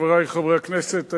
חברי חברי הכנסת,